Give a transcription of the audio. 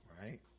right